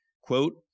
quote